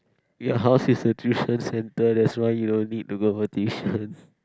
your house is a tuition centre that's why you don't need to go for tuition